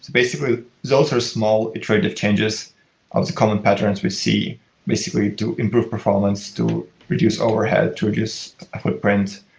basically, those are small iterative changes common patterns we see basically to improve performance to reduce overhead, to reduce footprint,